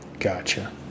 Gotcha